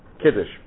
Kiddush